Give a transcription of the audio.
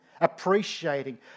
appreciating